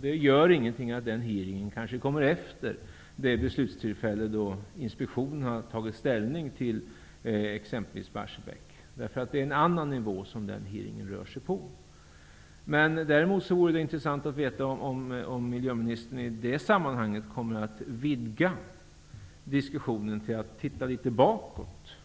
Det gör ingenting att hearingen kommer efter det beslutstillfälle då Inspektionen har att ta ställning till vad som skall göras med exempelvis Barsebäck. Den hearingen rör sig på en annan nivå. Däremot vore det intressant att få veta om miljöministern i det sammanhanget kommer att vidga diskussionen och titta litet bakåt.